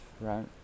right